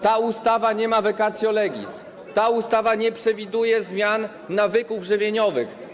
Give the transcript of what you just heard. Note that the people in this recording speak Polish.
Ta ustawa nie ma vacatio legis, ta ustawa nie przewiduje zmian nawyków żywieniowych.